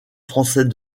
français